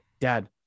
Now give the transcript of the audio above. dad